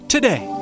Today